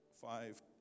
five